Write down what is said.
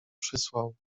przysłał